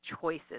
choices